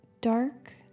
dark